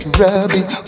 rubbing